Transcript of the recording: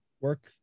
work